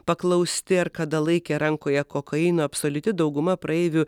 paklausti ar kada laikė rankoje kokaino absoliuti dauguma praeivių